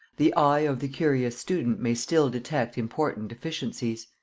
the eye of the curious student may still detect important deficiencies.